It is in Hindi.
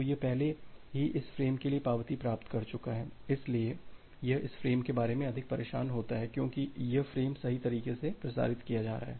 तो यह पहले ही इस फ्रेम के लिए पावती प्राप्त कर चुका है इसलिए यह इस फ्रेम के बारे में अधिक परेशान होता है क्योंकि यह फ्रेम सही तरीके से प्रसारित किया जा रहा है